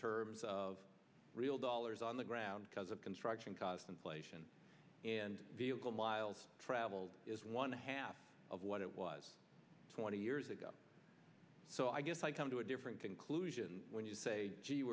terms of real dollars on the ground because of construction cost inflation and vehicle miles traveled is one half of what it was twenty years ago so i guess i come to a different conclusion when you say gee